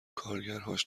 کارگرهاش